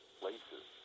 places